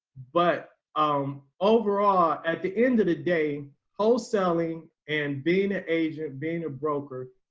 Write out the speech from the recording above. but um, overall at the end of the day, wholesaling and being an agent being a broker,